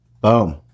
boom